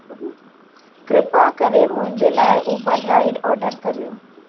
कृपा करे मुंहिंजे लाइ उबर राइड ऑडर कयो